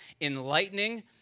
enlightening